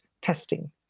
testing